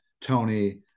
Tony